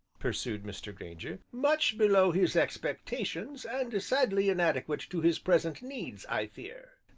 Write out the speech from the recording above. pursued mr. grainger, much below his expectations and sadly inadequate to his present needs, i fear.